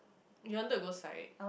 you wanted to go psych